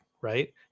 right